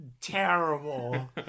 terrible